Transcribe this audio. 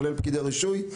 כולל פקידי רישוי,